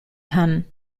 kann